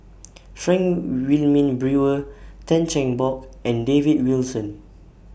Frank Wilmin Brewer Tan Cheng Bock and David Wilson